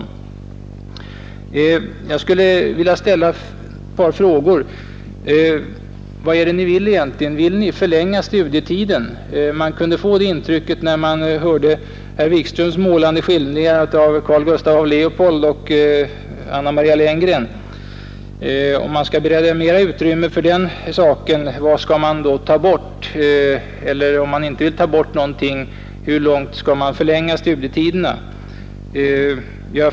I anledning av dessa inlägg skulle jag vilja ställa ett par frågor. Vad är det ni vill egentligen? Vill ni förlänga studietiden? Man kunde få det intrycket när man hörde herr Wikströms målande skildringar av Carl Gustaf af Leopold och Anna Maria Lenngren. Om man skall bereda mera uttrymme för den saken, vad skall man då ta bort? Och om man inte vill ta bort någonting, hur mycket skall man förlänga studietiderna?